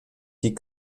die